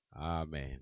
Amen